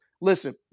Listen